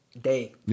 day